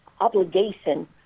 obligation